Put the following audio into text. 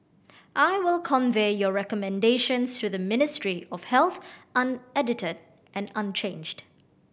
I will convey your recommendations to the Ministry of Health unedited and unchanged